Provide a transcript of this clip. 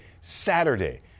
Saturday